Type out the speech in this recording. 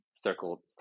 circle